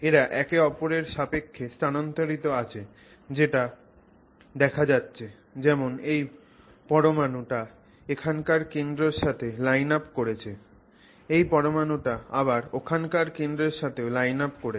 এরা একে অপরের সাপেক্ষে স্থানান্তরিত আছে যেটা দেখা যাচ্ছে যেমন এই পরমাণু টা এখানকার কেন্দ্রর সাথে লাইন আপ করছে এই পরমাণুটা আবার ওখানকার কেন্দ্রর সাথেও লাইন আপ করছে